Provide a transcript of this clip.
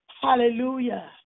hallelujah